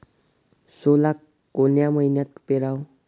सोला कोन्या मइन्यात पेराव?